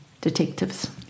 detectives